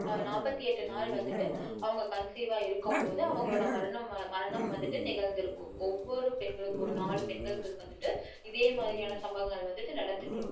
நாற்பத்தி எட்டு நாள் வந்துவிட்டு அவங்க கன்சீவாக இருக்கும்போது அவங்களோடய மரணம் மரணம் வந்துவிட்டு நிகழ்ந்து இருக்கும் ஒவ்வொரு பெண்களுக்கு ஒரு நாலு பெண்களுக்கு வந்துவிட்டு இதே மாதிரியான சம்பவங்கள் வந்துவிட்டு நடந்துட்டு இருக்கும்